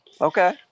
Okay